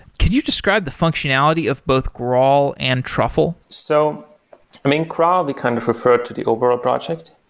could you describe the functionality of both graal and truffle? so um in graal we kind of refer to the overall project,